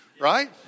right